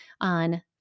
on